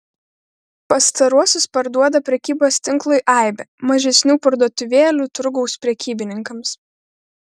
pastaruosius parduoda prekybos tinklui aibė mažesnių parduotuvėlių turgaus prekybininkams